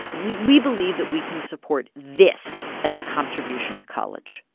we we believe that we can support this as a contribution to college.